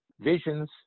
visions